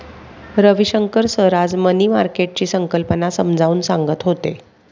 Ravishankar sir आज money मार्केटची संकल्पना समजावून सांगत होते